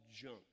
junk